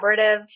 collaborative